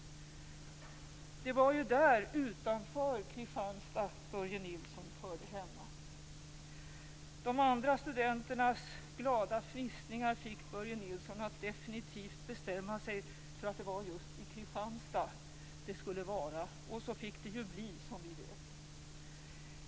Det var ju där, utanför Kristianstad, Börje Nilsson hörde hemma. De andra studenternas glada fnissningar fick Börje Nilsson att definitivt bestämma sig för att det var just "i Kristianstad" det skulle vara, och så fick det bli, som vi nu vet.